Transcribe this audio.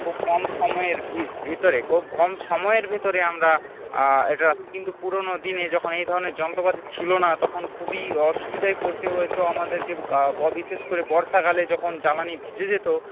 খুব কম সময়ের ভিতরে খুব কম সময়ের ভেতরে আমরা এটা কিন্তু পুরোনো দিনে যখন এই ধরনের যন্ত্রপাতি ছিল না তখন খুবই অসুবিধায় পড়তে হইতো আমাদেরকে গা ব বিশেষ করে বর্ষাকালে যখন জ্বালানি ভিজে যেত